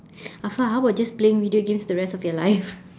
afa how about just playing video games the rest of your life